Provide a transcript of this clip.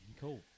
Cool